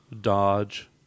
dodge